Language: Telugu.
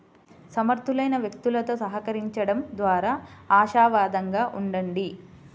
సమర్థులైన వ్యక్తులతో సహకరించండం ద్వారా ఆశావాదంగా ఉండండి